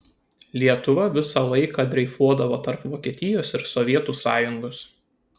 lietuva visą laiką dreifuodavo tarp vokietijos ir sovietų sąjungos